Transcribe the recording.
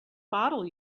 bottle